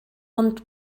ond